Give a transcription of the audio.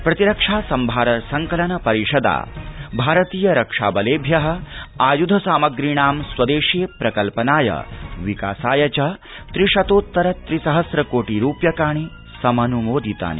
प्रतिरक्षा संभार संकलन परिषदा भारतीय रक्षा बलेभ्य आयुध सामप्रीणां स्वदेशे प्रकल्पनाय विकासाय च त्रिशतोत्तर त्रिसहस्र कोटि रूप्यकाणि समन् मोदितानि